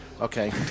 Okay